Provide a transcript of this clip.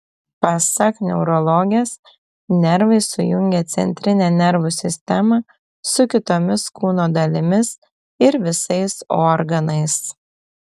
pasak neurologės nervai sujungia centrinę nervų sistemą su kitomis kūno dalimis ir visais organais